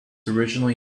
originally